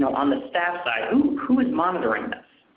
on the staff side, who who is monitoring this?